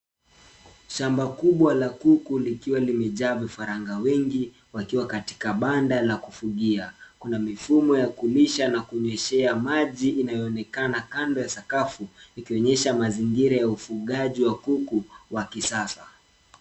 Shamaba kubwa la kuku likiwaa limejaa vifaranga wengi wakiwa katika banda la kufugia. Kuna mifumo ya kulisha na kunyweshea maji inayoonekana kando ya sakafu ikionyesha mazingira ya ufugaji wa kuku wa kisasa.